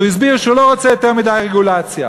הסביר שהוא לא רוצה יותר מדי רגולציה,